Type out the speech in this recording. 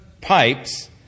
pipes